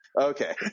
Okay